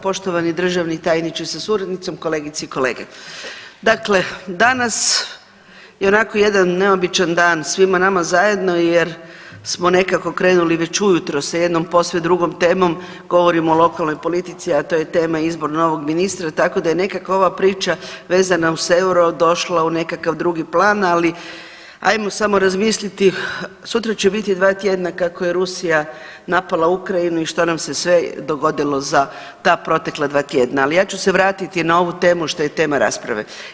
Poštovani državni tajniče sa suradnicom, kolegice i kolege, dakle danas je onako jedan neobičan dan svima nama zajedno jer smo nekako krenuli već ujutro sa jednom posve drugom temi, govorim o lokalnoj politici, a to je tema izbor novog ministra tako da je nekako ova priča vezana uz euro došla u nekakav drugi plan, ali ajmo samo razmisliti sutra će biti 2 tjedna kako je Rusija napala Ukrajinu i što nam se sve dogodilo za ta protekla 2 tjedna, ali ja ću se vratiti na ovu temu što je tema rasprave.